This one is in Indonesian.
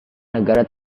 negara